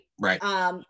Right